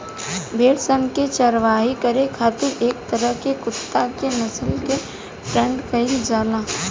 भेड़ सन के चारवाही करे खातिर एक तरह के कुत्ता के नस्ल के ट्रेन्ड कईल जाला